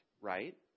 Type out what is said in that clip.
right